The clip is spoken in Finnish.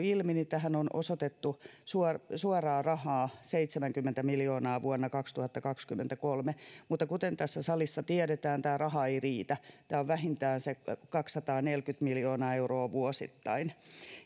ilmi tähän on osoitettu suoraan suoraan rahaa seitsemänkymmentä miljoonaa vuonna kaksituhattakaksikymmentäkolme mutta kuten tässä salissa tiedetään tämä raha ei riitä tämä on vähintään se kaksisataaneljäkymmentä miljoonaa euroa vuosittain